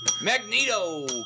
Magneto